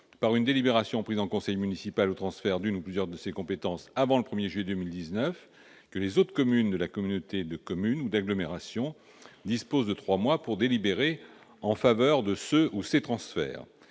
par une délibération prise en conseil municipal, au transfert de l'une ou de plusieurs de ces compétences avant le 1 juillet 2019, il est prévu que les autres communes de la communauté de communes ou de la communauté d'agglomération disposeront de trois mois pour délibérer en faveur de ce transfert